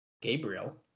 Gabriel